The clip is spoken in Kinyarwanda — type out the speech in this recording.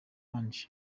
angel